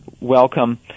welcome